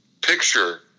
picture